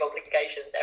obligations